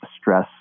stress